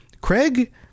Craig